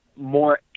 more